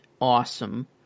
awesome